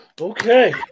Okay